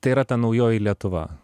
tai yra ta naujoji lietuva